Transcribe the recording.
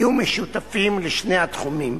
יהיו משותפים לשני התחומים.